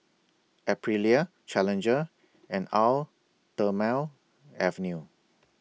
Aprilia Challenger and Eau Thermale Avene